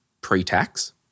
pre-tax